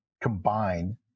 combine